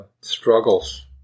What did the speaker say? struggles